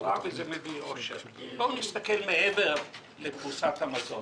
רגועה וזה מביא לי אושר." בואו נסתכל מעבר לפרוסת המזון.